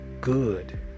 good